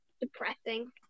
depressing